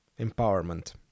empowerment